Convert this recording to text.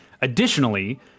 additionally